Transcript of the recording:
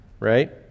Right